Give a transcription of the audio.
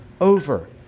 over